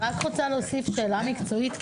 אני רק רוצה להוסיף שאלה מקצועית,